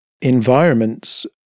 environments